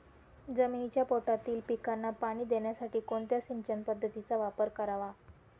जमिनीच्या पोटातील पिकांना पाणी देण्यासाठी कोणत्या सिंचन पद्धतीचा वापर करावा?